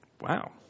Wow